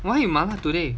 why you 麻辣 today